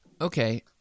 Okay